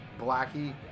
Blackie